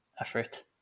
effort